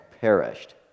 perished